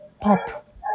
Pop